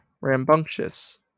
Rambunctious